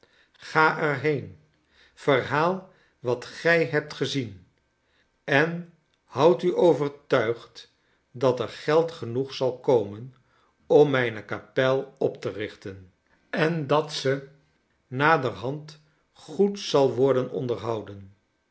ga er heenl verhaal wat gij hebt gezien en houdu overtuigd dat er geld genoeg zal komen om mijne kapel op te richten en dat ze naderhand goed zal worden onderhouden